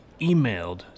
emailed